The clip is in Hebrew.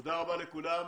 תודה רבה לכולם.